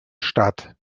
statt